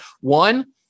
one